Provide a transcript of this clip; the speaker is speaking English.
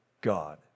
God